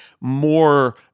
more